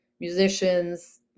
musicians